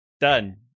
Done